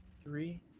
three